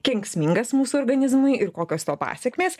kenksmingas mūsų organizmui ir kokios to pasekmės